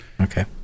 okay